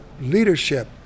leadership